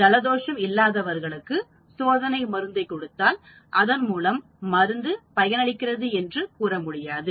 ஜலதோஷம் இல்லாதவருக்கு சோதனை மருந்தைக் கொடுத்தால் அதன் மூலம் மருந்து பயனளிக்கிறது என்று கூற முடியாது